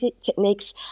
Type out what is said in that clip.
techniques